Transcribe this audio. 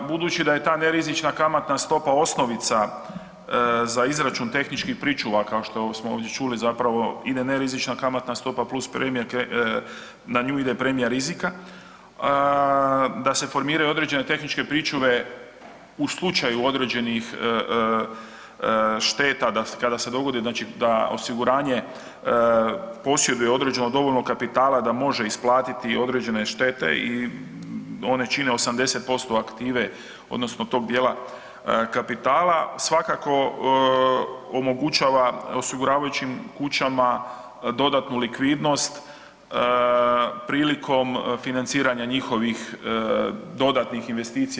Budući da je ta nerizična kamatna stopa osnovica za izračun tehničkih pričuva kao što ovdje čuli, zapravo ide nerizična kamatna stopa plus premija, na nju ide premija rizika, da se formiraju određene tehničke pričuve u slučaju određenih šteta da kada se dogodi znači da osiguranje posjeduje određeno dovoljno kapitala da može isplatiti određene štete i one čine 80% aktive odnosno tog dijela kapitala svakako omogućava osiguravajućim kućama dodatnu likvidnost prilikom financiranja njihovih dodatnih investicija.